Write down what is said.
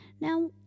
Now